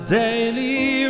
daily